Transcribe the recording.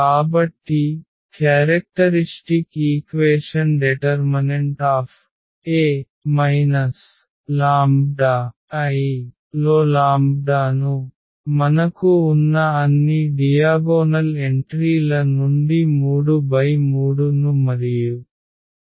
కాబట్టి characteristic equation determinants of A λI లొ లాంబ్డాను మనకు ఉన్న అన్ని డియాగోనల్ ఎంట్రీ ల నుండి 3 × 3 ను మరియు 5 ను తీసివేయాలి